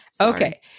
Okay